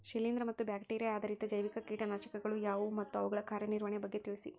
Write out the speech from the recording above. ಶಿಲೇಂದ್ರ ಮತ್ತು ಬ್ಯಾಕ್ಟಿರಿಯಾ ಆಧಾರಿತ ಜೈವಿಕ ಕೇಟನಾಶಕಗಳು ಯಾವುವು ಮತ್ತು ಅವುಗಳ ಕಾರ್ಯನಿರ್ವಹಣೆಯ ಬಗ್ಗೆ ತಿಳಿಸಿ?